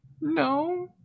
No